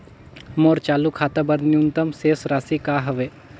मोर चालू खाता बर न्यूनतम शेष राशि का हवे?